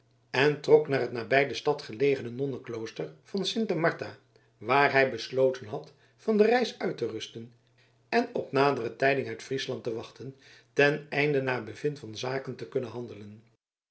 en trok naar het nabij de stad gelegene nonnenklooster van sinte martha waar hij besloten had van de reis uit te rusten en op nadere tijding uit friesland te wachten ten einde naar bevind van zaken te kunnen handelen